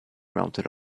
mounted